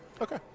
Okay